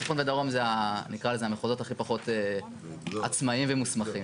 צפון ודרום זה המחוזות הכי פחות עצמאיים ומוסמכים,